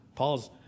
Paul's